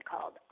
called